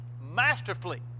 masterfully